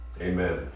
Amen